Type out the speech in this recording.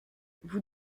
vous